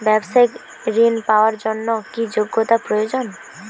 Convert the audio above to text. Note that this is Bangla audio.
ব্যবসায়িক ঋণ পাওয়ার জন্যে কি যোগ্যতা প্রয়োজন?